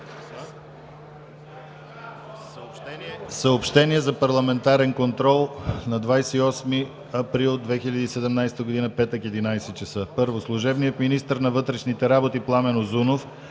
Съобщения за парламентарен контрол на 28 април 2017 г., петък, 11,00 часа: 1. Служебният министър на вътрешните работи Пламен Узунов